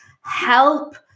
help